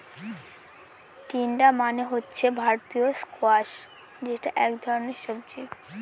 তিনডা মানে হচ্ছে ভারতীয় স্কোয়াশ যেটা এক ধরনের সবজি